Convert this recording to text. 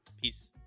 peace